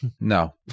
No